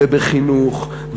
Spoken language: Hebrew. ובחינוך,